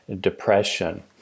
depression